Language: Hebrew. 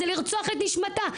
זה לרצוח את נשמתה.